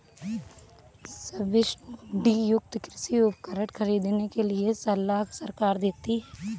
subsidy युक्त कृषि उपकरण खरीदने के लिए सलाह सरकार देती है